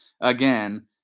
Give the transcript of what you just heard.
again